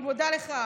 אני מודה לך.